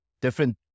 different